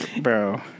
bro